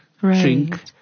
drink